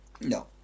No